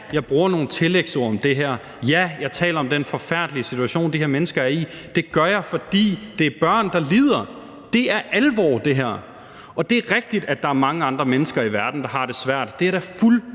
jeg bruger nogle tillægsord om det her. Ja, jeg taler om den forfærdelige situation, de her mennesker er i. Det gør jeg, fordi det er børn, der lider. Det her er alvor! Og det er rigtigt, at der er mange andre mennesker i verden, der har det svært – det er jeg da